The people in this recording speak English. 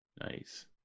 Nice